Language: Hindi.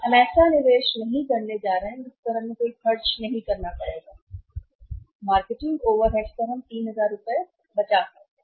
हम ऐसा निवेश नहीं करने जा रहे हैं जिस पर हमें कोई खर्च नहीं करना पड़ेगा मार्केटिंग ओवरहेड्स हम इस 3000 रुपये सही बचा सकते हैं